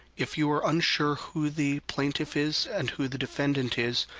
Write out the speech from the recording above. if you are unsure who the plaintiff is and who the defendant is,